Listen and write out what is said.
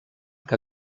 que